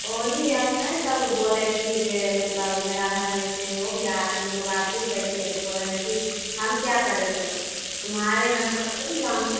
वो ही हम नहीं सब को बोले कि जे मतलब मेरा घर मे से हो गया तुमलोग आज चुप बैठी तो बोला कि हम क्या करे तो तुम्हारे घर में तुम जानो